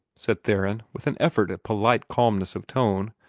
said theron, with an effort at polite calmness of tone.